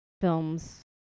films